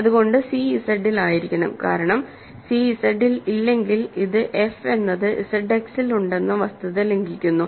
അതുകൊണ്ട് സി ഇസഡിൽ ആയിരിക്കണം കാരണം സി Z ൽ ഇല്ലെങ്കിൽ അത് f എന്നത് Z X ൽ ഉണ്ടെന്ന വസ്തുത ലംഘിക്കുന്നു